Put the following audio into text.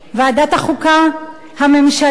ועדת החוקה, הממשלה,